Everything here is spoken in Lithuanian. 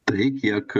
tai kiek